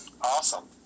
awesome